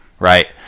right